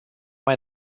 mai